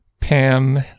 pam